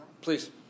Please